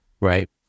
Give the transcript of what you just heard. right